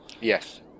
Yes